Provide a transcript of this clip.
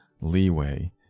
leeway